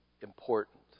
important